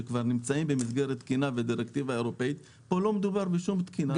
שכבר נמצאים במסגרת תקינה בדירקטיבה אירופאית פה לא מדובר בשום תקינה.